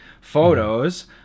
photos